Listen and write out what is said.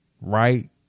right